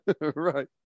right